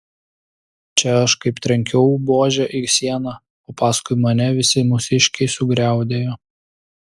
čia aš kaip trenkiau buože į sieną o paskui mane visi mūsiškiai sugriaudėjo